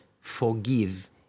forgive